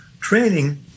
training